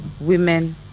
women